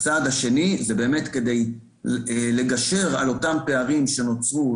הצעד השני הוא כדי באמת לגשר על אותם פערים שנוצרו